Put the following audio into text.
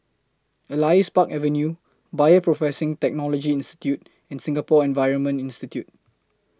Elias Park Avenue Bioprocessing Technology Institute and Singapore Environment Institute